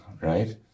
right